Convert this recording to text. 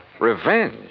Revenge